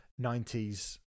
90s